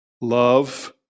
love